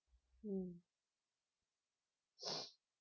mm